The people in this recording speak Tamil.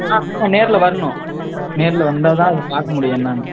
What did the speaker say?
ஆ ஆமாம் நேரில் வரணும் நேரில் வந்தால் தான் பார்க்க முடியும் என்னென்னு